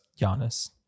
Giannis